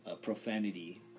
profanity